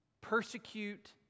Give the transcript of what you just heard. persecute